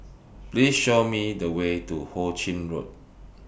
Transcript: Please Show Me The Way to Ho Ching Road